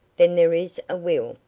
then there is a will?